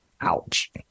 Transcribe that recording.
Ouch